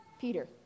Peter